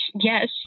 Yes